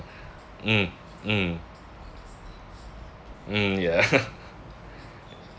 mm mm mm ya